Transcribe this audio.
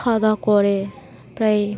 খাওয়া দাওয়া করে প্রায়